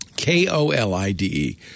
K-O-L-I-D-E